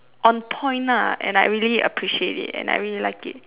on point lah and I really appreciate it and I really like it